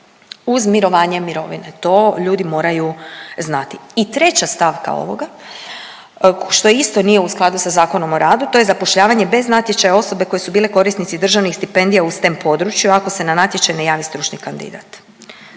uz mirovanje mirovine. To ljudi moraju znati. I treća stavka ovoga, što isto nije u skladu sa ZOR-om, to je zapošljavanje bez natječaja osobe koje su bile korisnici državnih stipendija u STEM području ako se na natječaj ne jave stručni kandidat.